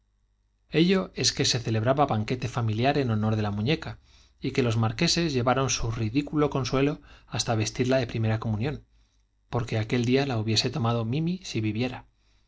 ello es que se celebraba banquete familiar en honor de la muñeca y que los marqueses llevaron su ridí culo consuelo hasta vestirla de primera comunión porque aquel día la hubiese tomado mimi si viviera